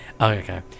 Okay